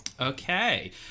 okay